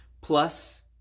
plus